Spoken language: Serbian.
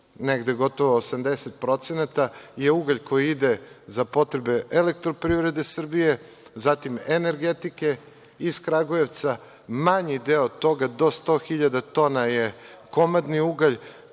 negde gotovo 80%, je ugalj koji ide za potrebe Elektroprivrede Srbije, zatim energetike iz Kragujevca, manji deo toga, do 100.000 tona je komandni ugalj